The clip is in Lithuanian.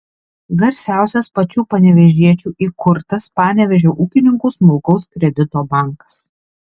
garsiausias pačių panevėžiečių įkurtas panevėžio ūkininkų smulkaus kredito bankas